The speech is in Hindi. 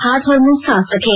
हाथ और मुंह साफ रखें